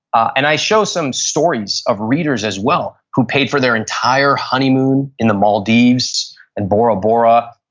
and i show some stories of readers as well who paid for their entire honeymoon in the maldives and bora bora.